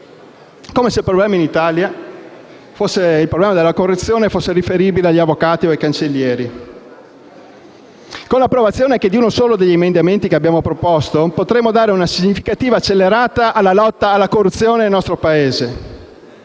come se il problema della corruzione in Italia fosse riferibile agli avvocati e ai cancellieri. Con l'approvazione anche di uno solo degli emendamenti da noi proposti potremmo dare una significativa accelerata alla lotta alla corruzione nel nostro Paese.